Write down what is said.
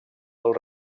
del